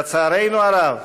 לצערנו הרב,